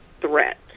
threat